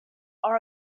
are